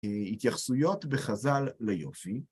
התייחסויות בחז"ל ליופי.